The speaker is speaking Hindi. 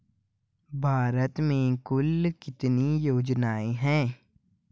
भारत में कुल कितनी योजनाएं हैं?